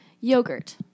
yogurt